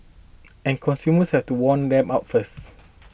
and consumers has to warmed up first